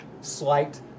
slight